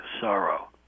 sorrow